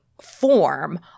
form